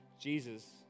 Jesus